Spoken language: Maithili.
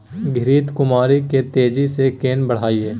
घृत कुमारी के तेजी से केना बढईये?